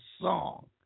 song